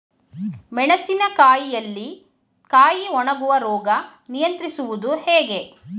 ಮೆಣಸಿನ ಕಾಯಿಯಲ್ಲಿ ಕಾಯಿ ಒಣಗುವ ರೋಗ ನಿಯಂತ್ರಿಸುವುದು ಹೇಗೆ?